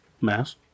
Mass